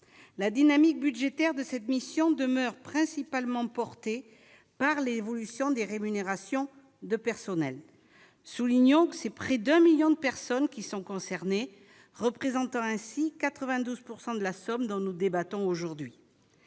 la dynamique budgétaire de cette mission demeure principalement portée par l'évolution des rémunérations de personnel, soulignant que c'est près d'un 1000000 de personnes qui sont concernées, représentant ainsi 92 pourcent de la somme dont nous débattons aujourd'hui